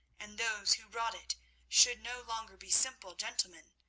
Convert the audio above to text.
and those who wrought it should no longer be simple gentlemen,